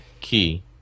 key